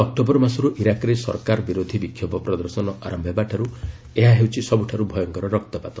ଗତ ଅକ୍ଟୋବର ମାସରୁ ଇରାକ୍ରେ ସରକାର ବିରୋଧୀ ବିକ୍ଷୋଭ ପ୍ରଦର୍ଶନ ଆରମ୍ଭ ହେବାଠାରୁ ଏହା ହେଉଛି ସବୁଠାରୁ ଭୟଙ୍କର ରକ୍ତପାତ